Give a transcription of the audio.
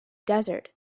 desert